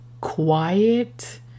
quiet